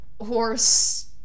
horse